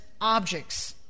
objects